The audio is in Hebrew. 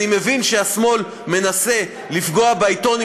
אני מבין שהשמאל מנסה לפגוע בעיתון עם